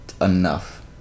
enough